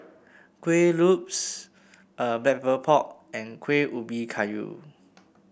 Kuih Lopes pork and Kuih Ubi Kayu